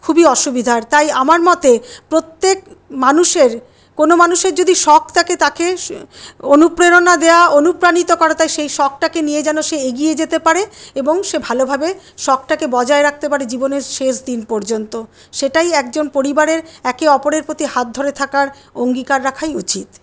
খুবই অসুবিধার তাই আমার মতে প্রত্যেক মানুষের কোনো মানুষের যদি শখ থাকে তাকে অনুপ্রেরণা দেওয়া অনুপ্রাণিত করা তাই সেই শখটাকে নিয়ে যেন সে এগিয়ে যেতে পারে এবং সে ভালোভাবে শখটাকে বজায় রাখতে পারে জীবনের শেষ দিন পর্যন্ত সেটাই একজন পরিবারের একে অপরের প্রতি হাত ধরে থাকার অঙ্গীকার রাখাই উচিৎ